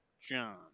John